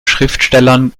schriftstellern